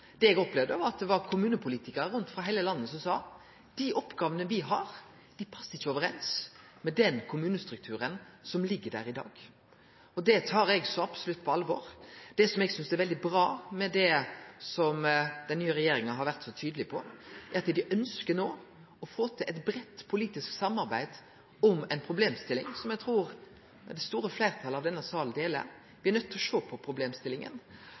Det eg opplevde, var at det var kommunepolitikarar frå heile landet som sa: Dei oppgåvene me har, passar ikkje med den kommunestrukturen som ligg der i dag. Det tar eg så absolutt på alvor. Det eg synest er veldig bra med det som den nye regjeringa har vore så tydeleg på, er at regjeringa ønskjer å få til eit breitt politisk samarbeid om ei problemstilling som eg trur det store fleirtalet i denne salen ser. Me er nøydde til å sjå på problemstillinga.